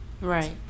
Right